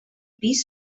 pis